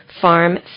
Farm